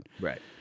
Right